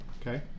Okay